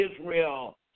Israel